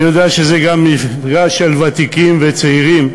אני יודע שזה גם מפגש של ותיקים וצעירים,